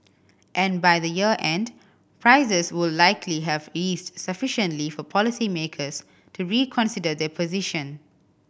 and by the year end prices would likely have eased sufficiently for policymakers to reconsider their position